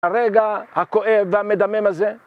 הרגע הכואב והמדמם הזה